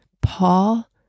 Paul